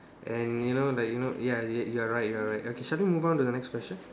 and you know like you know ya you you are right you are right okay shall we move on to the next question